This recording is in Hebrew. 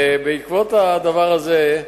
בעקבות הדבר הזה,